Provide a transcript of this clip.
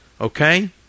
okay